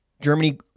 Germany